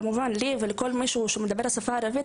אז כמובן שגם לי ולכל אדם אחר שדובר ערבית,